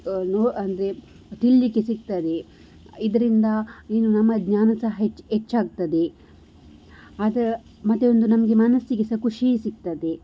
no ಅಂದ್ರೆ ತಿಳಿಲಿಕ್ಕೆ ಸಿಗ್ತದೆ ಇದರಿಂದ ಏನು ನಮ್ಮ ಜ್ಞಾನ ಸಹ ಹೆಚ್ಚಾಗ್ತದೆ ಅದ ಮತ್ತೆ ಒಂದು ನಮಗೆ ಮನಸ್ಸಿಗೆ ಸಹ ಖುಷಿ ಸಿಗ್ತದೆ